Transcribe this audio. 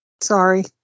sorry